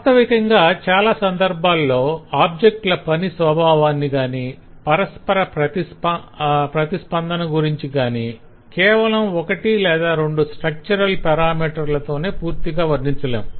వాస్తవికంగా చాలా సందర్భాల్లో ఆబ్జెక్టుల పని స్వభావాన్ని కాని పరస్పర ప్రతిస్పందన గురించి కాని కేవలం ఒకటి లేదా రెండు స్ట్రక్చరల్ పెరామీటర్లు తోనే పూర్తిగా వర్ణించలేము